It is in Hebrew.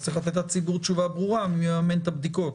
אז צריך לתת לציבור תשובה ברורה מי מממן את הבדיקות.